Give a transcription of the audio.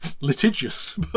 litigious